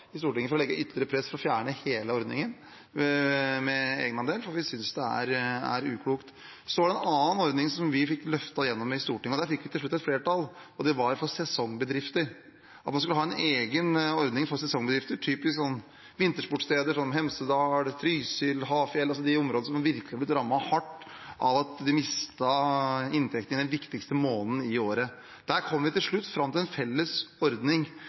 i Stortinget for å lage etter ytterligere press for å fjerne hele ordningen med egenandel, for vi synes det er uklokt. Det var en annen ordning vi fikk løftet igjennom i Stortinget, og der vi til slutt fikk et flertall – det gjelder sesongbedrifter. Det skal være en egen ordning for sesongbedrifter, som f.eks. vintersportssteder som Hemsedal, Trysil og Hafjell, altså de områdene som virkelig har blitt rammet hardt av at de mistet inntektene sine i den viktigste måneden i året. Der kom vi til slutt fram til en felles ordning,